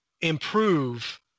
improve